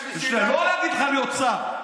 שלא, שר.